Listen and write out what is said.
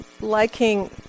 liking